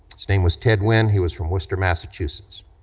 his name was ted wynne, he was from worcester, massachusetts.